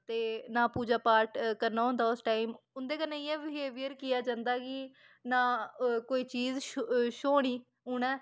ते ना पूजा पाठ करना होंदा उस टाइम उं'दे कन्नै इयां बिहेवियर किया जंदा कि ना कोई चीज़ छ छ्होनी उ'नें